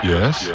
Yes